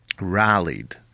rallied